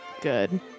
Good